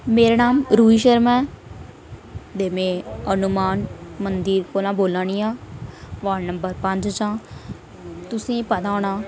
मेरा नां रुही शर्मा ऐ ते में हनुमान मंदर कोला बोल्ला नीं आं बार्ड नम्बर पंज कोला तुसें गी पता होना